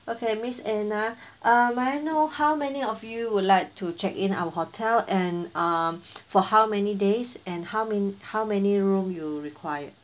okay miss anna um may I know how many of you would like to check in our hotel and um for how many days and how many how many room you require